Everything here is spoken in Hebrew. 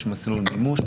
יש מסלול מימוש,